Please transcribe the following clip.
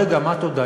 רגע, מה תודה?